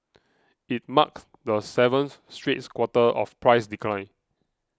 it marked the seventh straight quarter of price decline